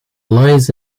lies